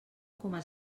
coma